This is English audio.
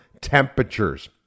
temperatures